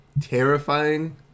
terrifying